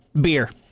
beer